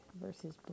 versus